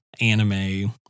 anime